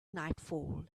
nightfall